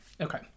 Okay